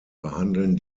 behandeln